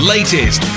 Latest